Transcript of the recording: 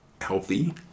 healthy